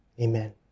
Amen